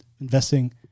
investing